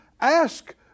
ask